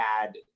add